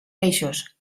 peixos